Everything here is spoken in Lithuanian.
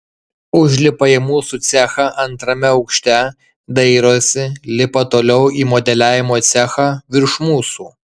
užlipa į mūsų cechą antrame aukšte dairosi lipa toliau į modeliavimo cechą virš mūsų